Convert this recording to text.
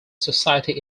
society